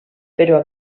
però